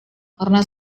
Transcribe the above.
karena